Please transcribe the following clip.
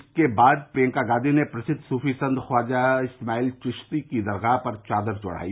इस बाद प्रियंका गांधी ने प्रसिद्व सूफी संत ख्वजा इस्माइल चिश्ती की दरगाह पर चादर चढ़ाई